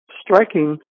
striking